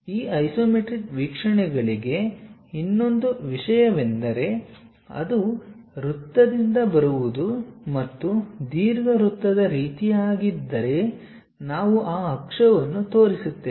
ಈ ಐಸೊಮೆಟ್ರಿಕ್ ವೀಕ್ಷಣೆಗಳಿಗೆ ಇನ್ನೊಂದು ವಿಷಯವೆಂದರೆ ಅದು ವೃತ್ತದಿಂದ ಬರುವುದು ಮತ್ತು ದೀರ್ಘವೃತ್ತದ ರೀತಿಯದ್ದಾಗಿದ್ದರೆ ನಾವು ಆ ಅಕ್ಷವನ್ನು ತೋರಿಸುತ್ತೇವೆ